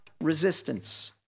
resistance